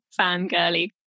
fangirly